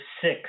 six